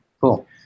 cool